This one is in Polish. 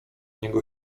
niego